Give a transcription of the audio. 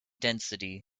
density